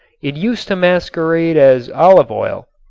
it used to masquerade as olive oil.